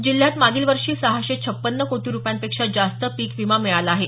जिल्ह्यात मागील वर्षी सहाशे छप्पन कोटी रुपयांपेक्षा जास्त पीक विमा मिळाला आहे